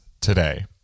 today